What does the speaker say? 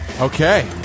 Okay